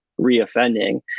reoffending